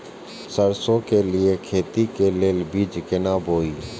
सरसों के लिए खेती के लेल बीज केना बोई?